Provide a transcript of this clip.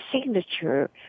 signature